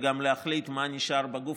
וגם להחליט מה נשאר בגוף